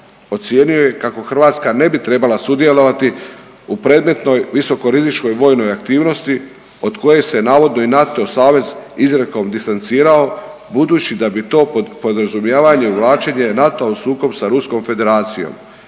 ocijenio je kako Hrvatska ne bi trebala sudjelovati u predmetnoj visokorizičnoj vojnoj aktivnosti od koje se navodno i NATO savez izrijekom distancirao budući da bi to podrazumijevanje uvlačenje NATO-a u sukob sa Ruskom Federacijom.